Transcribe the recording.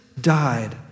died